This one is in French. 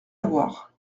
avoir